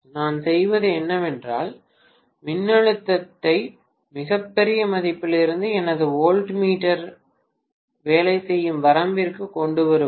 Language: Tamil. நான் செய்வது என்னவென்றால் மின்னழுத்தத்தை மிகப் பெரிய மதிப்பிலிருந்து எனது வோல்ட்மீட்டர் வேலை செய்யும் வரம்பிற்கு கொண்டு வருவது